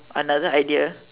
another idea